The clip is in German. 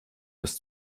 das